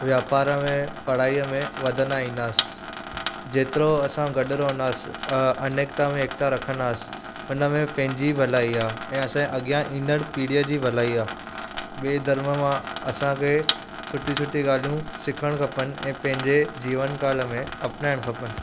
वापार में पढ़ाईअ में वधंदा ईंदासीं जेतिरो असां गॾु रहंदासीं अनेकता में एकता रखंदासीं हुनमें पंहिंजी भलाई आहे ऐं असां अॻियां ईंदड़ पिढ़ीअ जी भलाई आहे ॿिए धर्म मां असांखे सुठी सुठी ॻाल्हियूं सिखणु खपनि ऐं पंहिंजे जीवन काल में अपनाइणु खपनि